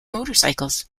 motorcycles